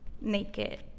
naked